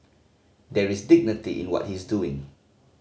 there is dignity in what he's doing